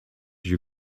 you